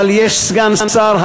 אבל יש סגן שר,